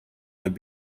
could